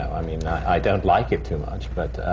i mean, i don't like it too much. but